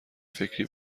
فکری